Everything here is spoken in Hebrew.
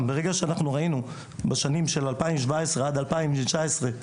ברגע שראינו בשנים 2017 עד 2019,